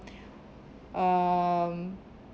um